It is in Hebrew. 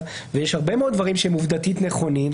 אבל יש הרבה מאוד דברים שעובדתית הם נכונים.